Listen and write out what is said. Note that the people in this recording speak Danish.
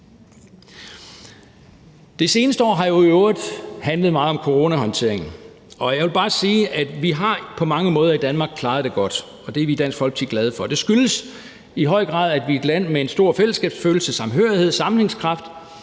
Det seneste år har jo i øvrigt handlet meget om coronahåndteringen, og jeg vil bare sige, at vi på mange måder har klaret det godt i Danmark. Det er vi i Dansk Folkeparti glade for. Det skyldes i høj grad, at vi er et land med en stor fællesskabsfølelse, samhørighed, sammenhængskraft.